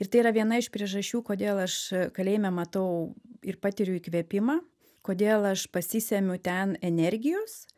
ir tai yra viena iš priežasčių kodėl aš kalėjime matau ir patiriu įkvėpimą kodėl aš pasisemiu ten energijos